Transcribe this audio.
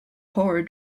horror